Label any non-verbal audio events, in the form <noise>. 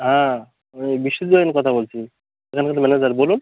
হ্যাঁ ওই বিশ্বজিৎ <unintelligible> কথা বলছি এখানকার ম্যানেজার বলুন